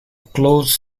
closed